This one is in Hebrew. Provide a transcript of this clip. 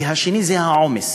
השני זה העומס,